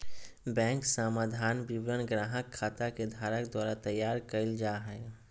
bank समाधान विवरण ग्राहक खाता के धारक द्वारा तैयार कइल जा हइ